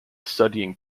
studying